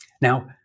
Now